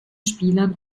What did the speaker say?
spielern